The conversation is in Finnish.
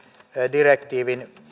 direktiivin